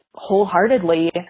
wholeheartedly